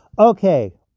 Okay